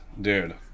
dude